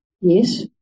Yes